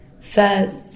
first